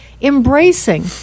embracing